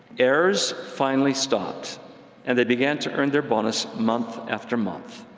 errors finally stopped and they began to earn their bonus month after month.